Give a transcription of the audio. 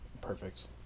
Perfect